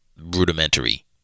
rudimentary